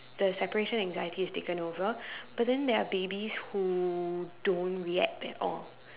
the separation anxiety is taken over but then there are babies who don't react at all